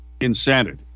insanity